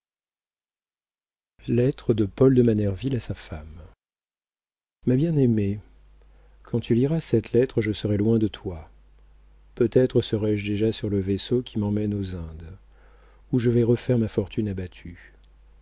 lettre de paul de manerville à sa femme ma bien-aimée quand tu liras cette lettre je serai loin de toi peut-être serai-je déjà sur le vaisseau qui m'emmène aux indes où je vais refaire ma fortune abattue